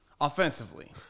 Offensively